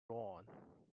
drawn